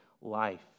life